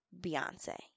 beyonce